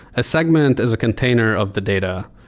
a segment is a container of the data.